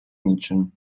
niczym